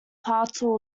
partial